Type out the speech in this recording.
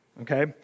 okay